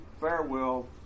farewell